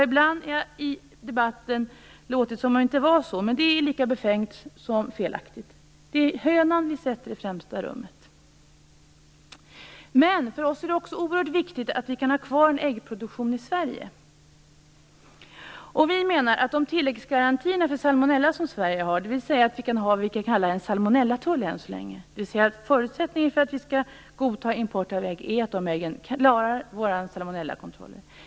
Ibland har det låtit i debatten som om det inte är så. Men det är lika befängt som felaktigt. Vi sätter hönan i främsta rummet. För Miljöpartiet är det också oerhört viktigt att vi kan ha kvar en äggproduktion i Sverige. I Sverige har vi tilläggsgarantier för salmonella. Vi har alltså än så länge vad som kan kallas en salmonellatull, dvs. förutsättningen för att vi skall godta import av ägg är att de klarar vår salmonellakontroll.